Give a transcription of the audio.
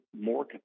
more